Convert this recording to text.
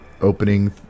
opening